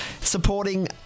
supporting